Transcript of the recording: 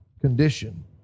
condition